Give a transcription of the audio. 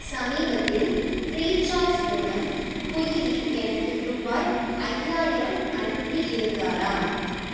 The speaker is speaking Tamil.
சமீபத்தில் ஃப்ரீசார்ஜ் மூலம் குயிலி எனக்கு ரூபாய் ஐயாயிரம் அனுப்பியிருந்தாரா